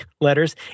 letters